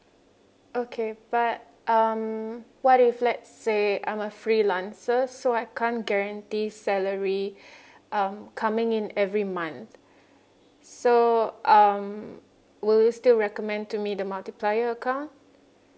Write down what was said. okay but um what if let's say I'm a freelancer so I can't guarantee salary um coming in every month so um will you still recommend to me the multiplier account